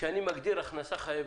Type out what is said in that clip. --- כשאני מגדיר "הכנסה חייבת",